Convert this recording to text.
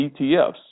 ETFs